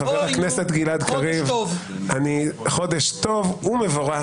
חודש טוב ומבורך,